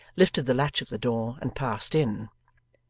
lifted the latch of the door and passed in.